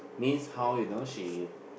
means how you know she